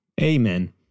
Amen